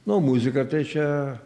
na o muzika tai čia